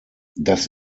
das